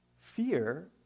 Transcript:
Fear